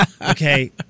Okay